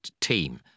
team